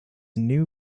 new